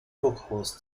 voraus